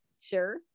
sure